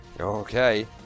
Okay